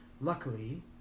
luckily